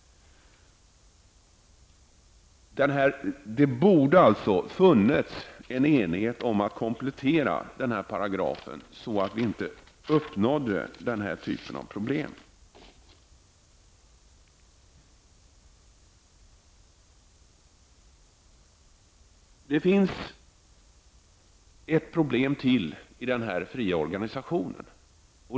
Det borde således ha funnits en enighet här om att den aktuella paragrafen skall kompletteras; detta för att slippa den här typen av problem. Det finns ytterligare problem vad gäller den fria organisationen.